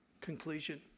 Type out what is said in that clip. conclusion